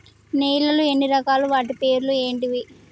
నేలలు ఎన్ని రకాలు? వాటి పేర్లు ఏంటివి?